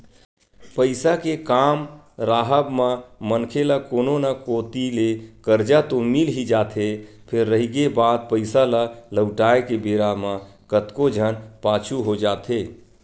पइसा के काम राहब म मनखे ल कोनो न कोती ले करजा तो मिल ही जाथे फेर रहिगे बात पइसा ल लहुटाय के बेरा म कतको झन पाछू हो जाथे